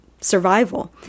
survival